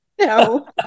No